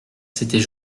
c’était